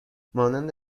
مانند